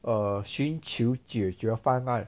err 寻求解决方案